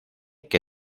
que